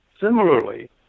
Similarly